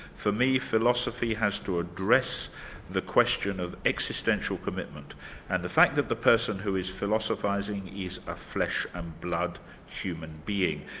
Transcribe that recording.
for me, philosophy has to address the question of existential commitment and the fact that the person who is philosophising is a flesh and blood human being,